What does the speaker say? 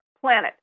planet